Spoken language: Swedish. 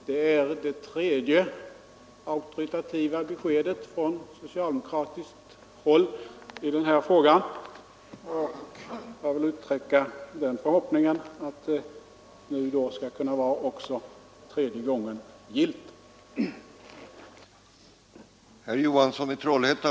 Det är det tredje auktoritativa beskedet från socialdemokratiskt håll i denna fråga. Min förhoppning är att det också skall vara tredje gången gillt.